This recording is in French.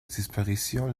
disparition